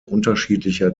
unterschiedlicher